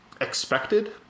expected